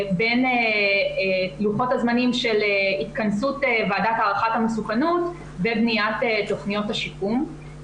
בין לוחות הזמנים של התכנסות ועדת הערכת המסוכנות ובניית תכניות השיקום.